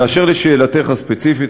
2. אשר לשאלתך הספציפית,